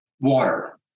water